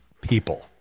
people